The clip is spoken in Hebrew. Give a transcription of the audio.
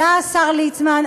עלה השר ליצמן,